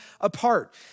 apart